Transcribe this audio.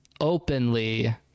openly